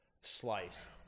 slice